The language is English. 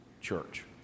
church